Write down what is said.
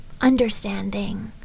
Understanding